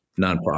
nonprofit